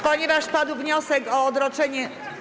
Ponieważ padł wniosek o odroczenie.